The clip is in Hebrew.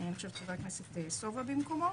חבר הכנסת סובה במקומו.